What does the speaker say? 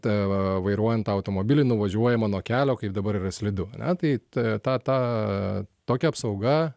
t vairuojant tą automobilį nuvažiuojama nuo kelio kaip dabar yra slidu ane tai e tą tą tokia apsauga